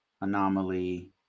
anomaly